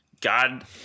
god